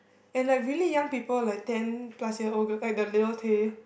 and like really young people like ten plus year old girl like the Lil-Tay